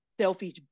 selfish